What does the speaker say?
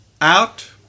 out